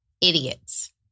idiots